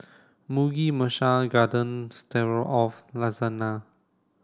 Mugi Meshi Garden Stroganoff Lasagna